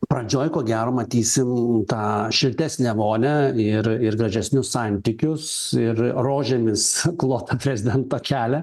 pradžioj ko gero matysim tą šiltesnę vonią ir ir gražesnius santykius ir rožėmis klotą prezidento kelią